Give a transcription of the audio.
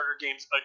games